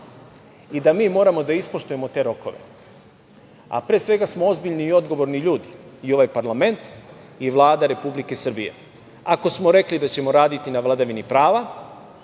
i da mi moramo da ispoštujemo te rokove, a pre svega smo odgovorni i ozbiljni ljudi, i ovaj parlament i Vlada Republike Srbije. Ako smo rekli da ćemo raditi na vladavini prava